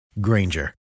Granger